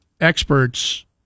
experts